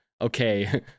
okay